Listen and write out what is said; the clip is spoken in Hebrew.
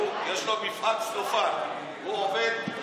יש לו מפעל צלופן, הוא עובד רק בזה.